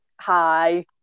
hi